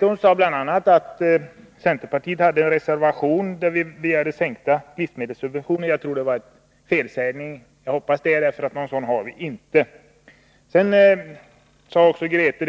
Hon sade bl.a. att centerpartiet hade en reservation, där vi begärde sänkta livsmedelssubventioner. Jag tror att det var felsägning — jag hoppas det, för någon sådan reservation har vi inte.